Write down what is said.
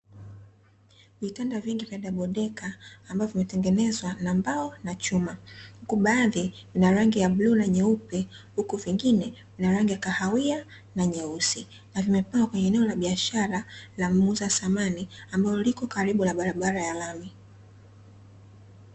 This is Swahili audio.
Vitanda vingi vya dabo deka ambavyo vimetengenezwa na mbao na chuma, uku baadhi vinarangi ya bluu na na nyeupe huku vingine vinarangi ya kahawia na nyeusi, na vimepangwa katika eneo la biashara la muuza samani ambalo lipo karibu na barabara ya lami.